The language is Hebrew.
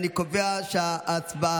אני קובע שהדיון